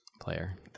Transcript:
player